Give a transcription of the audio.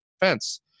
defense